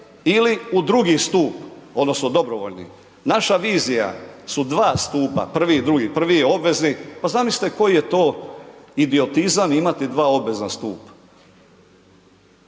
ili u drugi stup, odnosno dobrovoljni. Naša vizija su dva stupa, prvi je obvezni. Pa zamislite koji je to idiotizam imati dva obvezna stupa.